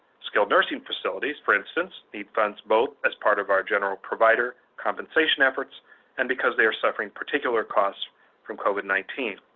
skilled nursing facilities, for instance, need funds both as part of our general provider compensation efforts and because they are suffering particular costs from covid nineteen.